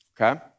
okay